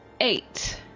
Eight